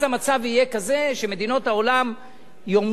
אז המצב יהיה כזה שמדינות העולם יאמרו,